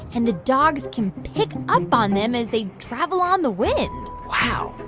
and the dogs can pick up on them as they travel on the wind wow ooh,